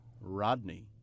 Rodney